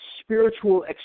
spiritual